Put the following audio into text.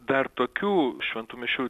dar tokių šventų mišių